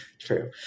True